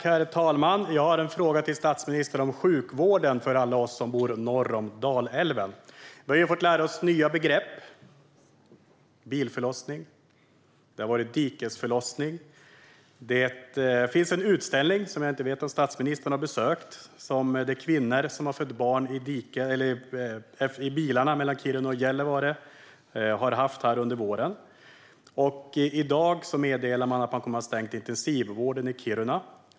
Herr talman! Jag har en fråga till statsministern om sjukvården för alla oss som bor norr om Dalälven. Vi har fått lära oss nya begrepp: bilförlossning och dikesförlossning. Det finns en utställning, som jag inte vet om statsministern har besökt, som kvinnor som har fött barn i bilar mellan Kiruna och Gällivare har haft under våren. I dag meddelar man att man kommer att stänga intensivvården i Kiruna.